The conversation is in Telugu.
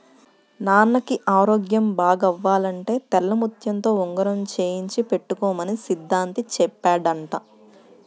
నాన్నకి ఆరోగ్యం బాగవ్వాలంటే తెల్లముత్యంతో ఉంగరం చేయించి పెట్టుకోమని సిద్ధాంతి చెప్పాడంట